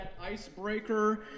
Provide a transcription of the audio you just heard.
icebreaker